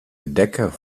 bedekken